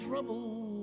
Trouble